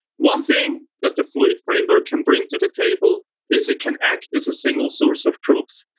one thing that the fluid framework can bring to the table is, it can act as a single source of truths.